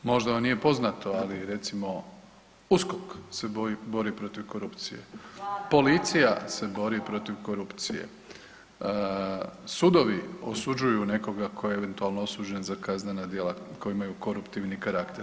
Možda vam nije poznato, ali recimo, USKOK se bori protiv korupcije ... [[Upadica se ne čuje.]] policija se bori protiv korupcije, sudovi osuđuju nekoga tko je eventualno osuđen za kaznena djela koja imaju koruptivni karakter.